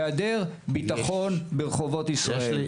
והיא היעדר ביטחון ברחובות ישראל.